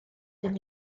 den